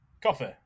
coffee